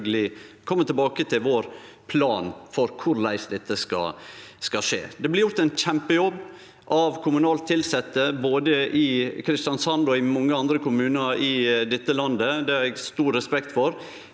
kome tilbake til vår plan for korleis dette skal skje. Det blir gjort ein kjempejobb av kommunalt tilsette, både i Kristiansand og i mange andre kommunar i dette landet. Det har eg stor respekt for.